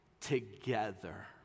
together